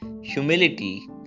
Humility